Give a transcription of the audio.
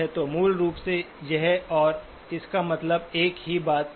तो मूल रूप से यह और इसका मतलब एक ही बात है